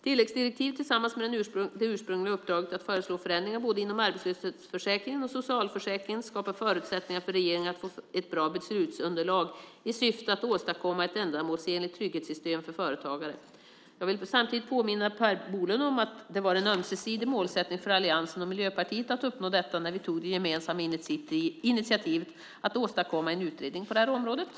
Tilläggsdirektivet tillsammans med det ursprungliga uppdraget att föreslå förändringar både inom arbetslöshetsförsäkringen och inom socialförsäkringen skapar förutsättningar för regeringen att få ett bra beslutsunderlag i syfte att åstadkomma ett ändamålsenligt trygghetssystem för företagare. Jag vill samtidigt påminna Per Bolund om att det var en ömsesidig målsättning för alliansen och Miljöpartiet att uppnå detta när vi tog det gemensamma initiativet att åstadkomma en utredning på det här området.